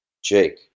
Jake